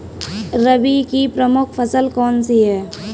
रबी की प्रमुख फसल कौन सी है?